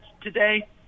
today